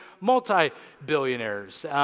multi-billionaires